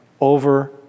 over